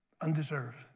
Undeserved